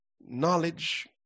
Knowledge